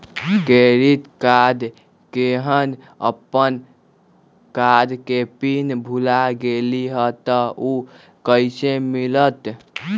Credit card केहन अपन card के पिन भुला गेलि ह त उ कईसे मिलत?